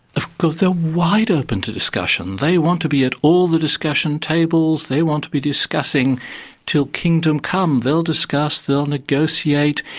of course they're wide open to discussion, they want to be at all the discussion tables, they want to be discussing til kingdom come, they'll discuss, they'll negotiate,